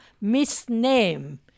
misname